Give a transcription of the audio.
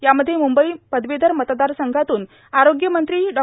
यामध्ये मुंबई पदवीधर मतदारसंघातून आरोग्यमंत्री डॉ